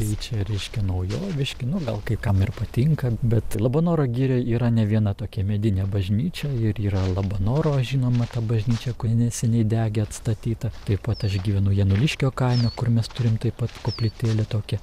tai čia reiškia naujoviški nu gal kai kam ir patinka bet labanoro girioj yra ne viena tokia medinė bažnyčia ir yra labanoro žinoma ta bažnyčia kuri neseniai degė atstatyta taip pat aš gyvenu januliškio kaime kur mes turim taip pat koplytėlę tokią